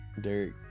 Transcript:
Derek